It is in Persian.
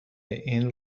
این